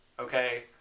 Okay